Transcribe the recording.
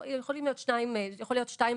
יכולות להיות שתי התרחשויות: